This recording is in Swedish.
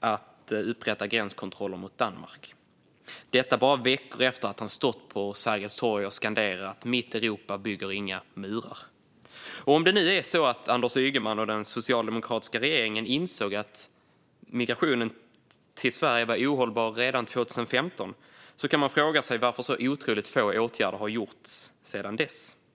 att upprätta gränskontroller mot Danmark, detta bara veckor efter att han stått på Sergels torg och skanderat: Mitt Europa bygger inga murar! Om det nu är så att Anders Ygeman och den socialdemokratiska regeringen insåg att migrationen till Sverige var ohållbar redan 2015 kan man fråga sig varför så otroligt få åtgärder har vidtagits sedan dess.